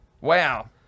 Wow